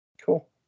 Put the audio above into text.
Cool